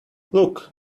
look